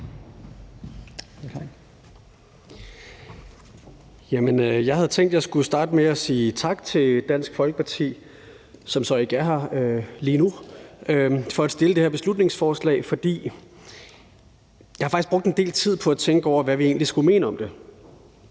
Jeg havde tænkt, at jeg skulle starte med at sige tak til Dansk Folkeparti – som så ikke er her lige nu – for at fremsætte det her beslutningsforslag, for jeg har faktisk brugt en del tid på at tænke over, hvad vi egentlig skulle mene om det.